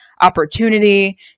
opportunity